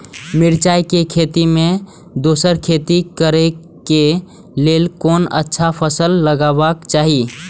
मिरचाई के खेती मे दोसर खेती करे क लेल कोन अच्छा फसल लगवाक चाहिँ?